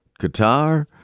Qatar